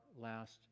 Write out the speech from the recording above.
last